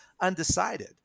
undecided